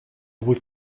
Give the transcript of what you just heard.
avui